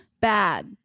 bad